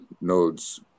nodes